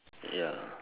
ya